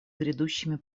грядущими